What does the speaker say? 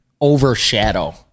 overshadow